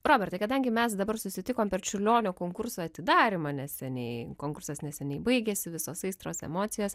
robertai kadangi mes dabar susitikom per čiurlionio konkurso atidarymą neseniai konkursas neseniai baigėsi visos aistros emocijos